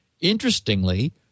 Interestingly